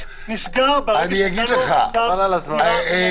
נסגר ברגע שהוצא לו צו סגירה מינהלי.